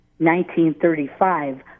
1935